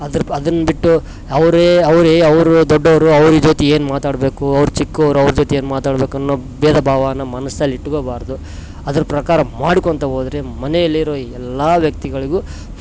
ಅದರ ಅದನ್ನು ಬಿಟ್ಟು ಅವರೇ ಅವರೇ ಅವರು ದೊಡ್ಡವರು ಅವರ ಜೊತೆ ಏನು ಮಾತಾಡ್ಬೇಕು ಅವರು ಚಿಕ್ಕವರು ಅವರ ಜೊತೆ ಏನು ಮಾತಾಡ್ಬೇಕು ಅನ್ನೋ ಬೇಧ ಭಾವ ನಮ್ಮ ಮನಸಲ್ಲಿ ಇಟ್ಕೊಬಾರ್ದು ಅದರ ಪ್ರಕಾರ ಮಾಡಿಕೊಳ್ತಾ ಹೋದ್ರೆ ಮನೆಯಲ್ಲಿರೋ ಎಲ್ಲಾ ವ್ಯಕ್ತಿಗಳಿಗೂ ಫುಲ್